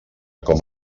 com